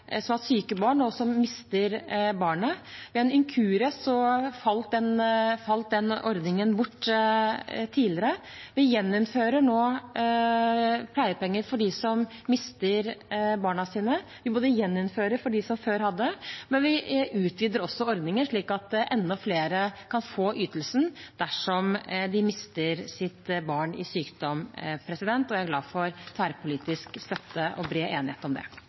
syke barn, og som mister barnet. Ved en inkurie falt den ordningen bort tidligere. Vi gjeninnfører nå pleiepenger for dem som mister barn. Vi gjeninnfører det for dem som før hadde det, men vi utvider også ordningen slik at enda flere kan få ytelsen dersom de mister et barn i sykdom. Jeg er glad for tverrpolitisk støtte og bred enighet om det.